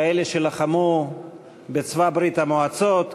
כאלה שלחמו בצבא ברית-המועצות,